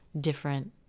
different